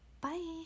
Bye